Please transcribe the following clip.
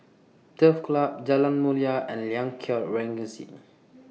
Turf Club Jalan Mulia and Liang Court Regency